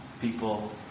people